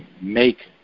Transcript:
make